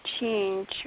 change